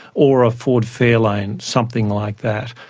or a ford fairlane, something like that.